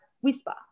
whisper